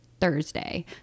Thursday